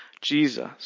Jesus